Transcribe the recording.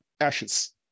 ashes